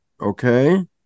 Okay